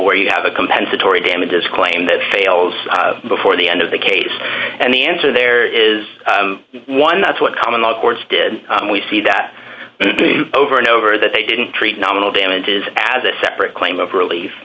where you have a compensatory damages claim that fails before the end of the case and the answer there is one that's what common law courts did and we see that over and over that they didn't treat nominal damages as a separate claim of relief